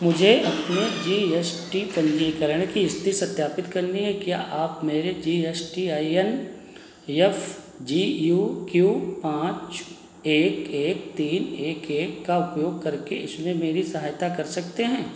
मुझे अपने G S T पंजीकरण की स्थिति सत्यापित करनी है क्या आप मेरे G S T I N F G U Q पाँच एक एक तीन एक एक का उपयोग करके इसमें मेरी सहायता कर सकते हैं